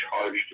charged